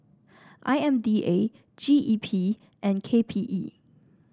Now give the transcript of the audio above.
I M D A G E P and K P E